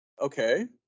okay